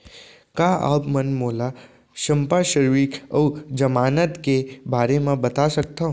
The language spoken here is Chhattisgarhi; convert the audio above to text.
का आप मन मोला संपार्श्र्विक अऊ जमानत के बारे म बता सकथव?